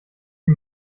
die